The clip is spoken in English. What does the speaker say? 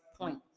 point